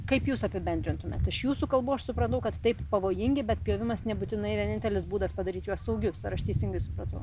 kaip jūs apibendrintumėt iš jūsų kalbų aš supratau kad taip pavojingi bet pjovimas nebūtinai vienintelis būdas padaryt juos saugius ar aš teisingai supratau